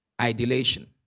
idolation